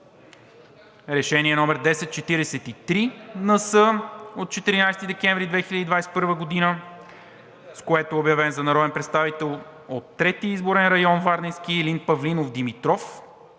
Решение № 1043-НС от 14 декември 2021 г., с което е обявен за народен представител от Трети изборен район – Варненски, Илин Павлинов Димитров,